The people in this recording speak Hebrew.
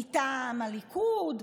מטעם הליכוד?